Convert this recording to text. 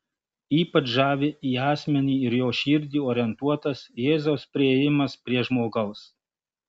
ypač žavi į asmenį ir jo širdį orientuotas jėzaus priėjimas prie žmogaus